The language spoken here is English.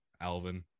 alvin